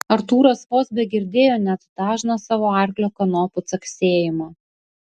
artūras vos begirdėjo net dažną savo arklio kanopų caksėjimą